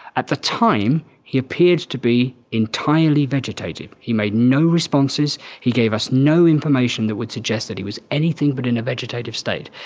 at the time he appeared to be entirely vegetated. he made no responses, he gave us no information that would suggest he was anything but in a vegetative state.